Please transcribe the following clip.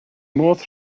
modd